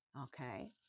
Okay